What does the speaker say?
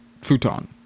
futon